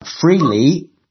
freely